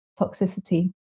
toxicity